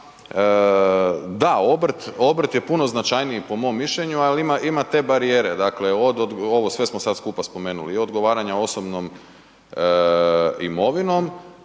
obrt, obrt je puno značajniji po mom mišljenju, ali ima te barijere. Dakle, od, ovo sve smo sad skupa spomenuli i odgovaranja osobnom imovinom,